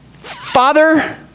Father